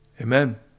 Amen